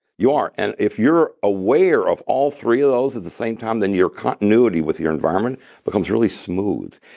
you are. and if you're aware of all three of those at the same time, then your continuity with your environment becomes really smooth.